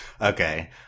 Okay